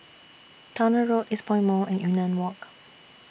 Towner Road Eastpoint Mall and Yunnan Walk